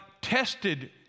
tested